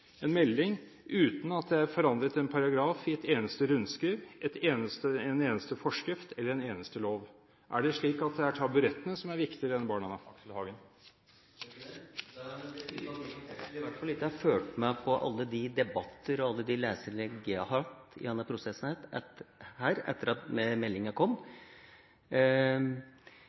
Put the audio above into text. en melding uten at det er forandret en paragraf i et eneste rundskriv, en eneste forskrift eller en eneste lov? Er det slik at taburettene er viktigere enn barna? Det tyder på at Michael Tetzschner i hvert fall ikke har fulgt med på alle debatter og alle de leserinnlegg jeg har hatt gjennom denne prosessen etter at meldinga kom.